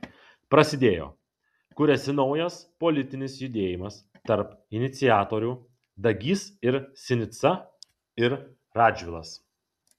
prasidėjo kuriasi naujas politinis judėjimas tarp iniciatorių dagys ir sinica ir radžvilas